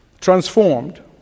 transformed